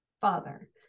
father